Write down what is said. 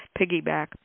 piggyback